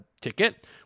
ticket